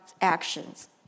actions